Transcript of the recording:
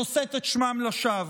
שנושאת את שמם לשווא.